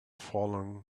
falling